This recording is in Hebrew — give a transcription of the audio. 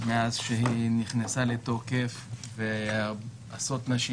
מאז שהיא נכנסה לתוקף ועשרות נשים